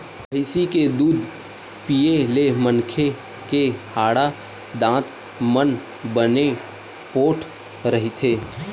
भइसी के दूद पीए ले मनखे के हाड़ा, दांत मन बने पोठ रहिथे